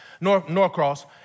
Norcross